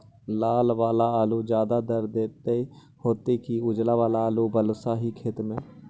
लाल वाला आलू ज्यादा दर होतै कि उजला वाला आलू बालुसाही खेत में?